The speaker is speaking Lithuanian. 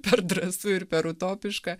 per drąsu ir per utopiška